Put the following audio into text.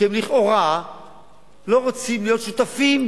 כי הם לכאורה לא רוצים להיות שותפים